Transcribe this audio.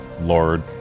Lord